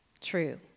true